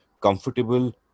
comfortable